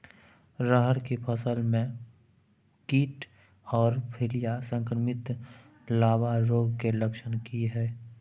रहर की फसल मे कीट आर फलियां संक्रमित लार्वा रोग के लक्षण की हय?